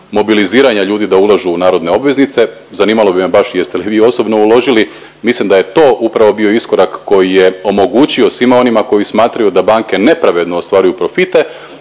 mobiliziranja ljudi da ulažu u narodne obveznice, zanimalo bi me baš jeste li vi osobno uložili. Mislim da je upravo to bio iskorak koji je omogućio svima onima koji smatraju da banke nepravedno ostvaruju profite